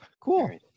cool